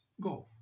golf